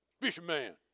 Fisherman